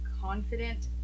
confident